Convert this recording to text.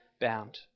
bound